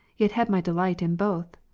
yet had my delight in both.